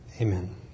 Amen